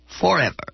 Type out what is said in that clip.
forever